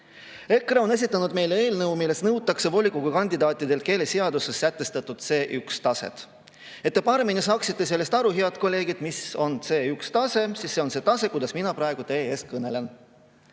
EKRE on esitanud meile eelnõu, milles nõutakse volikogu kandidaatidelt keeleseaduses sätestatud C1-taset. Et te paremini saaksite sellest aru, head kolleegid, mis on C1-tase, siis see on see tase, kuidas mina praegu teie ees kõnelen.